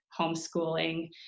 homeschooling